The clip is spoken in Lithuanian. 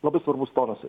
labai svarbus tonas yra